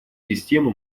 системы